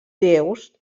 déus